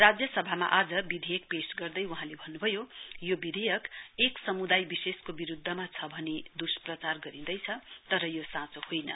राज्यसभामा आज विधेयक पेश गर्दै वहाँले भन्नभयो यो विधेयक एक समुदय विशेषको विरुध्दमा छ भनी दुस्प्रचार गरिदैछ तर यो साँचो होइन